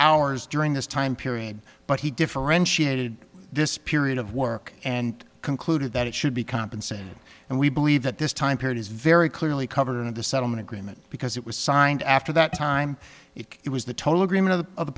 hours during this time period but he differentiated this period of work and concluded that it should be compensated and we believe that this time period is very clearly covered in the settlement agreement because it was signed after that time it was the total agreement of the of the